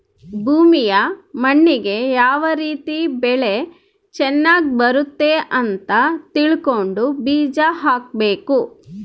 ಭೂಮಿಯ ಮಣ್ಣಿಗೆ ಯಾವ ರೀತಿ ಬೆಳೆ ಚನಗ್ ಬರುತ್ತೆ ಅಂತ ತಿಳ್ಕೊಂಡು ಬೀಜ ಹಾಕಬೇಕು